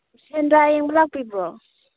ꯁꯦꯟꯗ꯭ꯔꯥ ꯌꯦꯡꯕ ꯂꯥꯛꯄꯤꯕ꯭ꯔꯣ